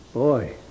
Boy